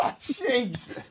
Jesus